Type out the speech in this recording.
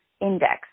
index